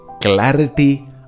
clarity